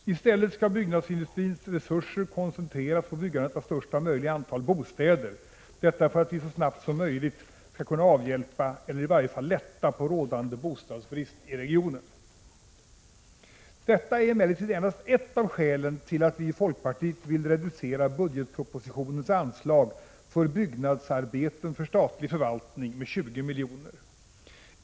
I stället skall byggnadsindustrins resurser koncentreras på byggandet av största möjliga antal bostäder — detta för att vi så snabbt som möjligt skall kunna avhjälpa eller i varje fall lätta på rådande bostadsbrist i regionen. Detta är emellertid endast ett av skälen till att vi i folkpartiet vill reducera det i budgetpropositionen föreslagna anslaget till byggnadsarbeten för statlig förvaltning med 20 miljoner.